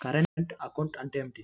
Current account అంటే ఏమిటి?